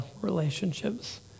relationships